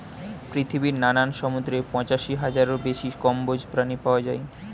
পৃথিবীর নানান সমুদ্রে পঁচাশি হাজারেরও বেশি কম্বোজ প্রাণী পাওয়া যায়